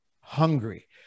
hungry